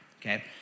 Okay